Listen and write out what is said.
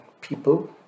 people